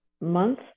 month